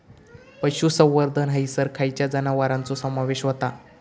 पशुसंवर्धन हैसर खैयच्या जनावरांचो समावेश व्हता?